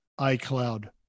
iCloud